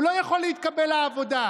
הוא לא יכול להתקבל לעבודה.